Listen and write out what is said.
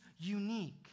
unique